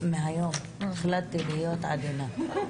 מהיום החלטתי להיות עדינה,